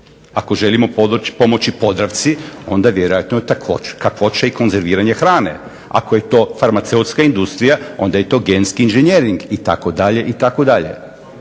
Ako želimo pomoći Podravci onda vjerojatno je kakvoća i konzerviranje hrane. Ako je to farmaceutska industrija onda je to genski inženjering itd., itd.